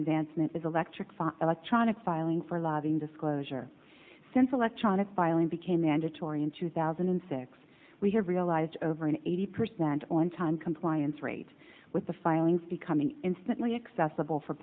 advancements electric fun electronic filing for lobbying disclosure since electronic filing became mandatory in two thousand and six we have realized over an eighty percent on time compliance rate with the filings becoming instantly accessible for